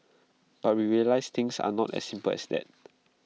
but we realised things are not as simple as that